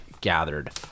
gathered